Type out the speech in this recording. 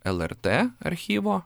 lrt archyvo